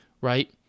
right